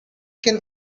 can